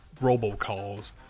robocalls